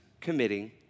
committing